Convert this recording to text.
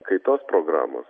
kaitos programos